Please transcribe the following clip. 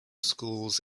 schools